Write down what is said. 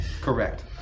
Correct